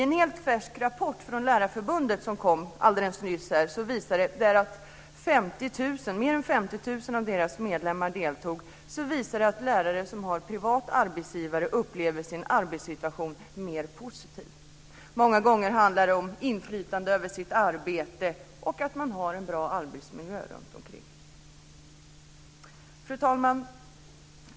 En helt färsk undersökning från Lärarförbundet där mer än 50 000 av deras medlemmar deltog visar att lärare som har en privat arbetsgivare upplever sin arbetssituation mer positiv. Många gånger handlar det om inflytande över sitt arbete och att man har en bra arbetsmiljö runtomkring. Fru talman!